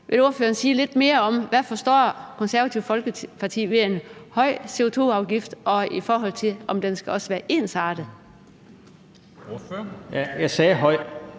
Vil ordføreren sige lidt mere om, hvad Det Konservative Folkeparti forstår ved en høj CO2-afgift, også i forhold til om den skal være ensartet?